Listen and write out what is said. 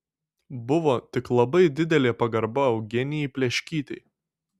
buvo tik labai didelė pagarba eugenijai pleškytei